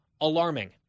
alarming